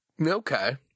Okay